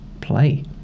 play